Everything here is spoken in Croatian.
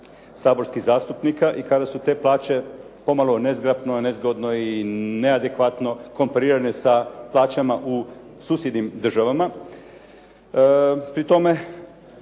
saborskih zastupnika i kada su te plaće pomalo nezgrapno, nezgodno i neadekvatno komparirane sa plaćama u susjednim državama. Pri tome